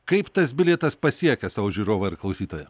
kaip tas bilietas pasiekia savo žiūrovą ir klausytoją